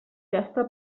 gasta